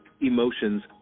emotions